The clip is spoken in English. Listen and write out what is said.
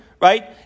right